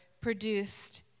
produced